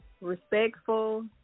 respectful